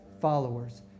followers